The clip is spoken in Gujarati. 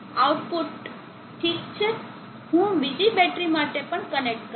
આઉટપુટ ઠીક છે હું બીજી બેટરી માટે પણ કનેક્ટ કરીશ